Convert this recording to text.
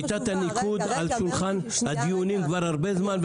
שיטת הניקוד על שולחן הדיונים כבר הרבה זמן,